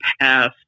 past